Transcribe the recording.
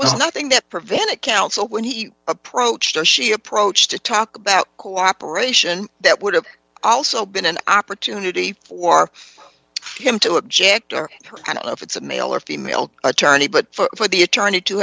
was nothing that prevented counsel when he approached her she approached to talk about cooperation that would have also been an opportunity for him to object or kind of it's a male or female attorney but for the attorney to